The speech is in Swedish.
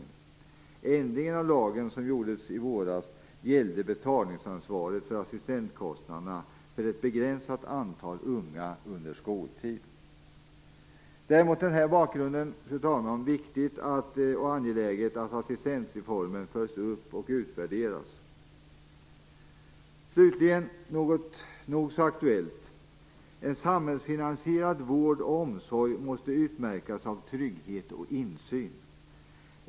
Den ändring av lagen som genomfördes i våras, gällde betalningsansvaret för assistentkostnaderna för ett begränsat antal unga under skoltid. Det är mot den här bakgrunden, fru talman, viktigt och angeläget att assistentreformen följs upp och utvärderas. Slutligen vill jag ta upp något nog så aktuellt. En samhällsfinansierad vård och omsorg måste utmärkas av trygghet och insyn.